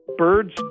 Birds